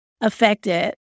affected